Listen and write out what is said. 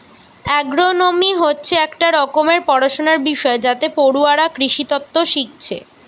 agronomy হচ্ছে একটা রকমের পড়াশুনার বিষয় যাতে পড়ুয়ারা কৃষিতত্ত্ব শিখছে